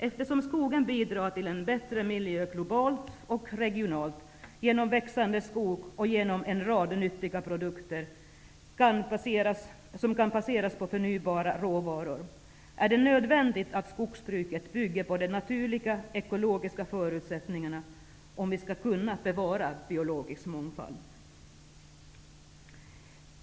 Eftersom skogen bidrar till en bättre miljö globalt och regionalt genom växande träd och genom en rad nyttiga produkter som kan baseras på förnybara råvaror är det nödvändigt att skogsbruket bygger på de naturliga ekologiska förutsättningarna om vi skall kunna bevara biologisk mångfald.